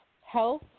health